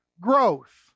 growth